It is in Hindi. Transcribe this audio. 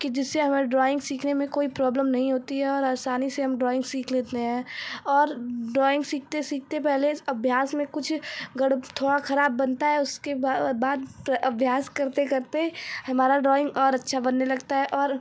कि जिससे हमारी ड्रॉइंग सीखने में कोई प्रॉब्लम नहीं होती है और आसानी से हम ड्रॉइंग सीख लेते हैं और ड्रॉइंग सीखते सीखते पहले अभ्यास में कुछ गण थोड़ा खराब बनता है उसके बाद अभ्यास करते करते हमारा ड्रॉइंग और अच्छा बनने लगता है और